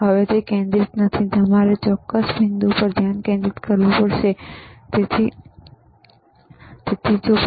હવે તે કેન્દ્રિત નથી તમારે ચોક્કસ બિંદુ પર ધ્યાન કેન્દ્રિત કરવું પડશે તેથી ધ્યાન બરાબર છે